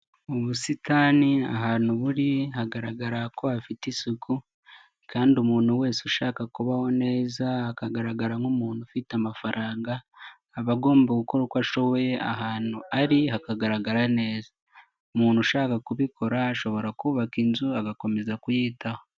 Mu busitani ahantu buri hagaragara ko ha afite isuku, kandi umuntu wese ushaka kubaho neza akagaragara nk'umuntu ufite amafaranga, aba agomba gukora uko ashoboye ahantu ari hakagaragara neza. Umuntu ushaka kubikora ashobora kubaka inzu agakomeza kuyitaho.